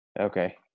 Okay